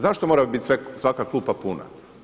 Zašto mora biti svaka klupa puna?